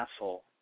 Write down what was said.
asshole